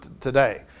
today